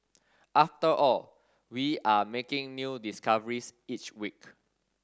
after all we are making new discoveries each week